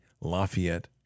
Lafayette